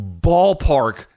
ballpark